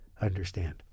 understand